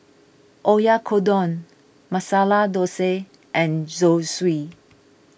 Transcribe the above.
Oyakodon Masala Dosa and Zosui